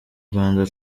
rwanda